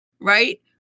right